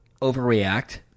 Overreact